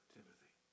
Timothy